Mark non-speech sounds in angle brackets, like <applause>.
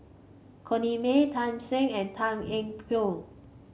Corrinne May Tan Shen and Tan Eng <unintelligible>